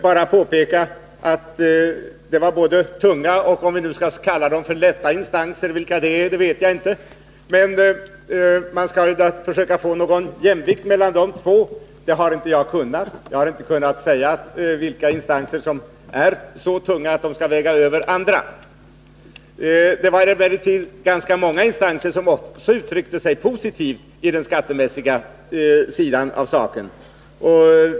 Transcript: Herr talman! Jag har inte mycket att tillägga till vad Åke Green nyss sade. Jag vill bara påpeka att det var både tunga och lätta — om vi nu skall kalla dem så —- instanser som yttrade sig. Jag har inte kunnat säga vilka instanser som är så tunga att de skall väga över andra. Det var emellertid ganska många instanser som uttryckte sig positivt vad gäller den skattemässiga sidan av den här saken.